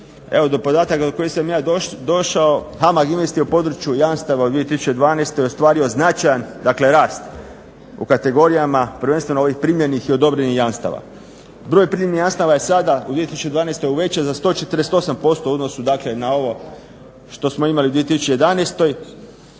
Evo do podataka do kojih sam ja došao HAMAG Invest je u području jamstava u 2012. ostvario značajan, dakle rast u kategorijama prvenstveno ovih primljenih i odobrenih jamstava. Broj primljenih jamstava je sada u 2012. uvećan za 148% u odnosu dakle na ovo što smo imali u 2011.